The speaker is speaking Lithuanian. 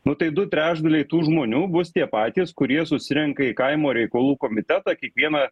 nu tai du trečdaliai tų žmonių bus tie patys kurie susirenka į kaimo reikalų komitetą kiekvieną